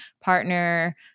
partner